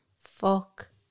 Fuck